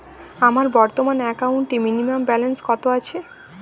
আমার বর্তমান একাউন্টে মিনিমাম ব্যালেন্স কত আছে?